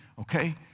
okay